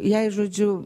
jai žodžiu